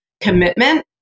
commitment